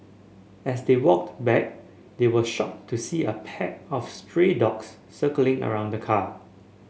as they walked back they were shocked to see a pack of stray dogs circling around the car